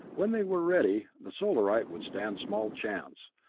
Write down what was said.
when they were ready, the solarite would stand small chance.